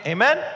Amen